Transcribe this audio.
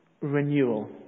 renewal